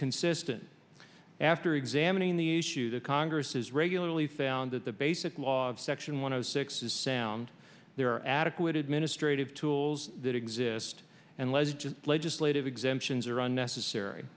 consistent after examining the issue the congress has regularly found that the basic law of section one hundred six is sound there are adequate administrative tools that exist and legit legislative exemptions are unnecessary